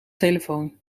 telefoon